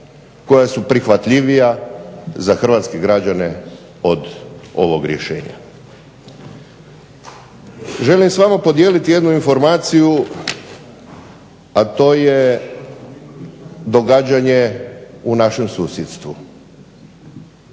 koja su prihvatljivija za hrvatske građane od ovog rješenja. Želim s vama podijeliti jednu informaciju, a to je događanje u našem susjedstvu.